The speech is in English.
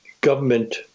government